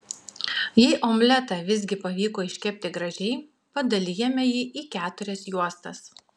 jei omletą visgi pavyko iškepti gražiai padalijame jį į keturias juostas